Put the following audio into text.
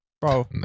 Bro